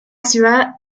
ciudad